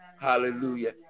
hallelujah